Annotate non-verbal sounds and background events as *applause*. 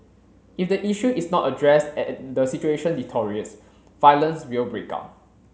if the issue is not addressed *unintelligible* and the situation deteriorates violence will break out